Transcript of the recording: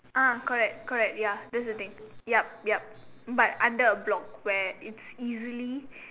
ah correct correct ya that's the thing yup yup but under a block where it's easily